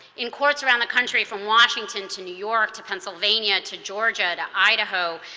in courts around the country from washington to new york, to pennsylvania, to georgia, to idaho,